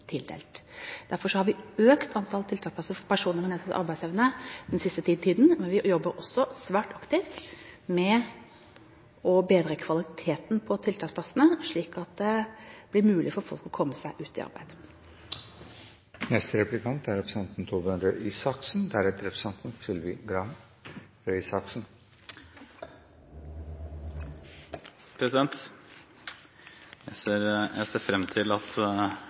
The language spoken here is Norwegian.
tildelt. Derfor har vi økt antall tiltaksplasser for personer med nedsatt arbeidsevne den siste tiden, men vi jobber også svært aktivt med å bedre kvaliteten på tiltaksplassene slik at det blir mulig for folk å komme seg ut i arbeid. Jeg ser frem til at Arbeiderpartiet kommer i opposisjon og skal stille spørsmål som får velferdsstaten til å fremstå i et best mulig lys fra opposisjonstilværelse. Jeg